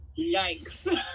Yikes